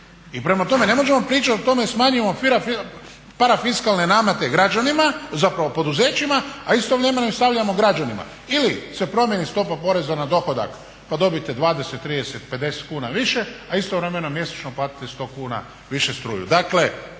I prema tome ne možemo pričati o tome da smanjimo parafiskalne namete građanima, zapravo poduzećima, a istovremeno ih stavljamo građanima. Ili se promjeni stopa poreza na dohodak pa dobijete 20, 30, 50 kuna više a istovremeno mjesečno platiti 100 kuna više struju.